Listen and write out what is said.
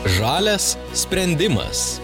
žalias sprendimas